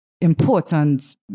important